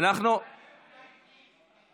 ועדת הפנים.